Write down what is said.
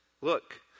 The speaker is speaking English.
Look